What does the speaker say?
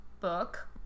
book